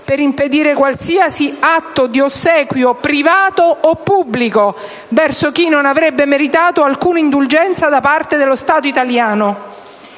per impedire qualsiasi atto di ossequio privato o pubblico verso chi non avrebbe meritato alcuna indulgenza da parte dello Stato italiano.